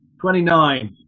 Twenty-nine